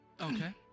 Okay